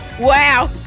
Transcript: wow